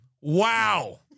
Wow